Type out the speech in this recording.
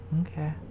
Okay